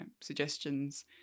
suggestions